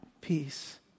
peace